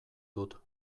dut